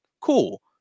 Cool